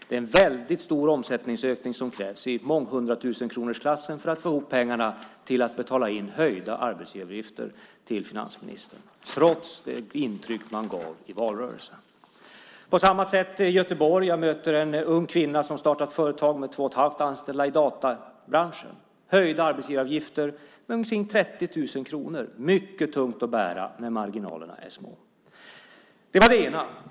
Det krävs en väldigt stor omsättningsökning i månghundratusenkronorsklassen för att få ihop pengar till att betala in höjda arbetsgivaravgifter till finansministern, trots det intryck alliansen gav i valrörelsen. Jag har också mött en ung kvinna i Göteborg som har startat ett företag i databranschen med två och en halv anställd. Arbetsgivaravgifterna höjs för henne med omkring 30 000 kronor. Det är mycket tungt att bära när marginalerna är små. Det var det ena.